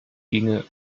ginge